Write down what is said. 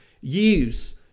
use